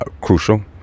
crucial